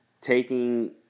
taking